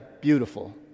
Beautiful